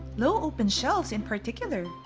low open shelves in particular!